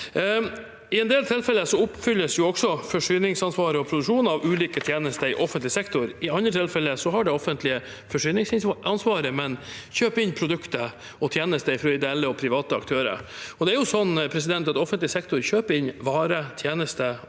I en del tilfeller oppfylles også forsyningsansvaret og produksjonen av ulike tjenester i offentlig sektor. I andre tilfeller har det offentlige forsyningsansvaret, men kjøper inn produkter og tjenester fra ideelle og private aktører. Det er jo slik at offentlig sektor kjøper inn varer og tjenester og